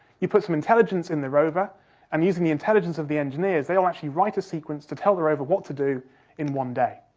you put some intelligence in the rover and using the intelligence of the engineers, they'll actually write a sequence to tell the rover what to do in one day.